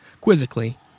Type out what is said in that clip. quizzically